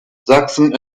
sachsen